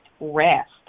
rest